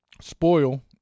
spoil